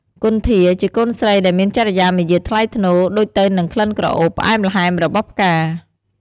គន្ធា ជាកូនស្រីដែលមានចរិយាមាយាទថ្លៃថ្នូរដូចទៅនឹងក្លិនក្រអូបផ្អែមល្ហែមរបស់ផ្កា។